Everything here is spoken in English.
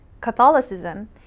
Catholicism